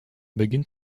beginnt